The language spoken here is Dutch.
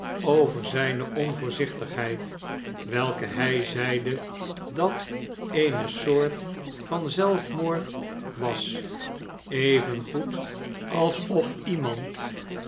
over zijne onvoorzichtigheid welke hij zeide dat eene soort van zelfmoord was evengoed alsof lemand